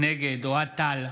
נגד אוהד טל,